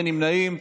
אין נמנעים,